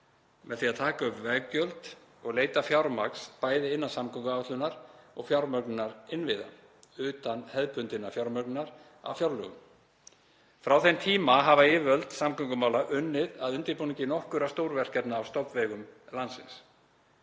með því að taka upp veggjöld og leita fjármagns bæði innan samgönguáætlunar og fjármögnunar innviða, utan hefðbundinnar fjármögnunar af fjárlögum. Frá þeim tíma hafa yfirvöld samgöngumála unnið að undirbúningi nokkurra stórverkefna á stofnvegum landsins.